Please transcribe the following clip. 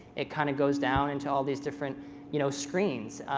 it kind of goes down into all these different you know screens,